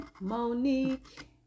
Monique